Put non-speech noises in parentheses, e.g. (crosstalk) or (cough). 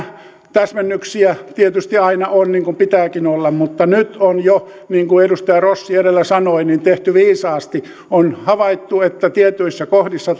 täsmennyksiä tietysti aina on niin kuin pitääkin olla mutta nyt on jo niin kuin edustaja rossi edellä sanoi tehty viisaasti on havaittu että tietyissä kohdissa (unintelligible)